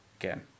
Again